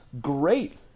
Great